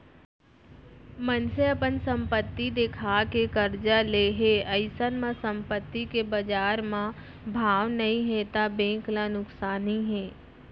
मनसे अपन संपत्ति देखा के करजा ले हे अइसन म संपत्ति के बजार म भाव नइ हे त बेंक ल नुकसानी हे